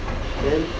then